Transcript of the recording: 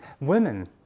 women